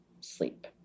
sleep